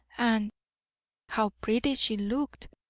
and how pretty she looked!